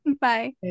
bye